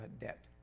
debt